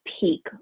peak